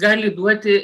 gali duoti